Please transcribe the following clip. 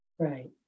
Right